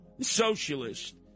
socialist